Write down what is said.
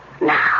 Now